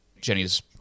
Jenny's